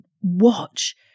watch